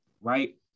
right